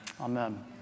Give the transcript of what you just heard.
Amen